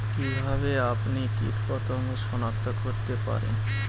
কিভাবে আপনি কীটপতঙ্গ সনাক্ত করতে পারেন?